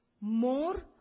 more